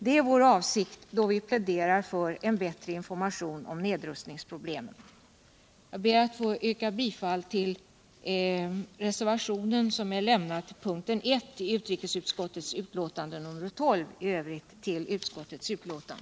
Det är vår avsikt då vi pläderar för en bättre information om nedrustningsproblemen.